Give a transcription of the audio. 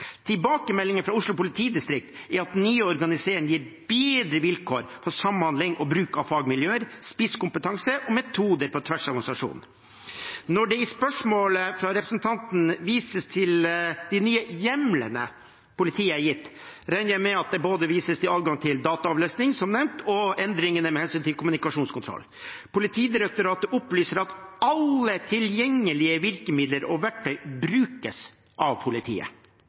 Tilbakemeldingen fra Oslo politidistrikt er at den nye organiseringen gir bedre vilkår for samhandling og bruk av fagmiljøer, spisskompetanse og metoder på tvers av organisasjonen. Når det i spørsmålet fra representanten vises til de nye hjemlene politiet er gitt, regner jeg med at det vises til både adgang til dataavlesning, som nevnt, og endringene med hensyn til kommunikasjonskontroll. Politidirektoratet opplyser at alle tilgjengelige virkemidler og verktøy brukes av politiet.